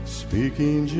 speaking